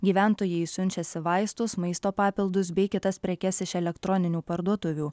gyventojai siunčiasi vaistus maisto papildus bei kitas prekes iš elektroninių parduotuvių